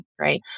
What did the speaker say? right